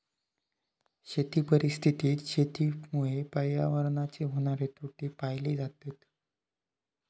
शेती परिस्थितीत शेतीमुळे पर्यावरणाचे होणारे तोटे पाहिले जातत